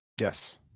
Yes